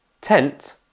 tent